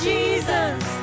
Jesus